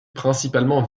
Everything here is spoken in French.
principalement